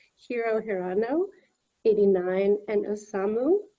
hiro hirano eighty nine, and osamu,